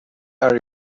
are